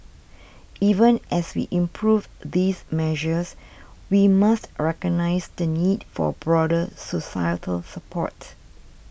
even as we improve these measures we must recognise the need for broader societal support